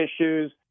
issues